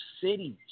cities